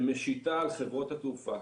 שמשיתה על חברות התעופה